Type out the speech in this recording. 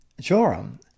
Joram